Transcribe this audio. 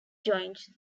joined